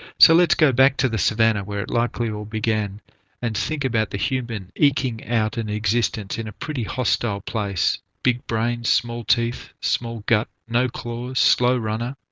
so let's go to back to the savannah where it likely all began and think about the human eking out an existence in a pretty hostile place big brain, small teeth, small gut, no claws, slow runner,